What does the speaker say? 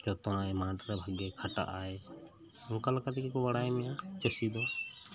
ᱡᱚᱛᱚᱱᱟᱭ ᱢᱟᱴᱷᱨᱮ ᱵᱷᱟᱜᱮ ᱠᱷᱟᱴᱟᱜ ᱟᱭ ᱚᱱᱠᱟ ᱞᱮᱠᱟᱛᱮᱜᱮᱠᱚ ᱵᱟᱲᱟᱭ ᱢᱮᱭᱟ ᱪᱟᱹᱥᱤᱫᱚ